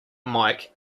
mike